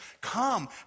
Come